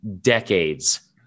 decades